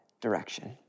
direction